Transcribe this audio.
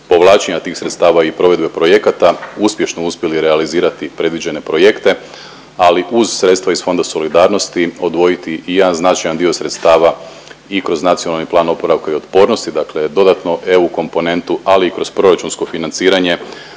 povlačenja tih sredstava i provedbe projekata, uspješno uspjeli realizirati predviđene projekte, ali uz sredstva iz Fonda solidarnosti odvojiti i jedan značajan dio sredstava i kroz NPOO, dakle dodatno EU komponentu, ali i kroz proračunsko financiranje